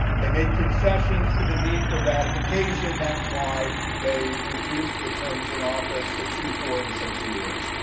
they made concessions to the need for ratification. that's why they reduced the terms in office to two, four and six years.